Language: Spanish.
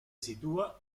sitúa